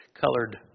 colored